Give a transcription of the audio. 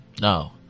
No